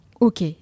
Ok